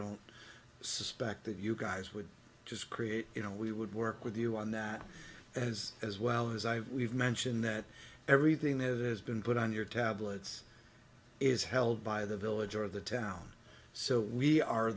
don't suspect that you guys would just create you know we would work with you on that as as well as i we've mentioned that everything that has been put on your tablets is held by the village or the town so we are